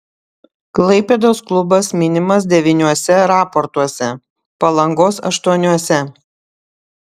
klaipėdos klubas minimas devyniuose raportuose palangos aštuoniuose